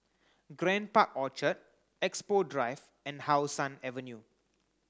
Grand Park Orchard Expo Drive and How Sun Avenue